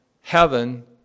heaven